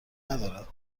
ندارد